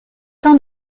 temps